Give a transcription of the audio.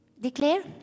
declare